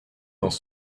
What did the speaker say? dans